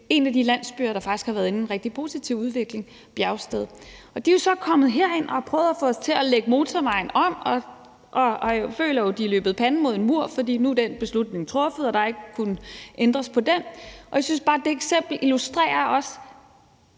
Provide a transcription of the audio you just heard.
en af de landsbyer, der faktisk har været inde i en rigtig positiv udvikling, nemlig Bjergsted. De er så kommet herind og har prøvet at få os til at lægge motorvejen om og føler jo, de er løbet panden mod en mur, for nu er den beslutning truffet, og der har ikke kunnet ændres på den. Jeg synes bare, at det eksempel også illustrerer en